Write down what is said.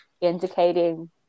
indicating